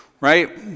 right